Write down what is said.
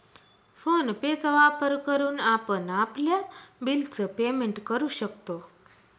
phone पे चा वापर करून आपण आपल्या बिल च पेमेंट करू शकतो